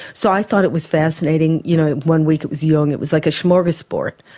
so i thought it was fascinating, you know one week it was jung, it was like a smorgasbord,